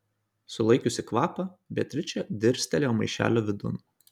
sulaikiusi kvapą beatričė dirstelėjo maišelio vidun